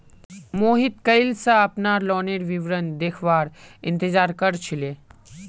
मोहित कइल स अपनार लोनेर विवरण देखवार इंतजार कर छिले